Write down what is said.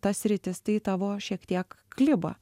ta sritis tai tavo šiek tiek kliba